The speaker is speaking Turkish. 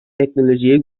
teknolojiye